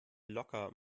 locker